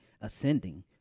ascending